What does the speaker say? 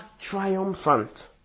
triumphant